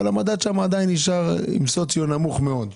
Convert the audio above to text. אבל המדד שם עדיין נשאר עם סוציו נמוך מאוד.